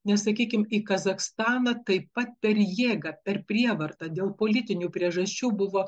nes sakykim į kazachstaną taip pat per jėgą per prievartą dėl politinių priežasčių buvo